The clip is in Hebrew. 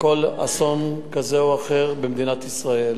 כל אסון כזה או אחר במדינת ישראל.